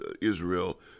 Israel